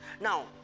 Now